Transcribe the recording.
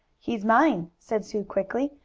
he's mine, said sue quickly.